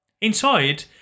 Inside